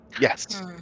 Yes